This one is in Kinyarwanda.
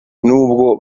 n’ubwo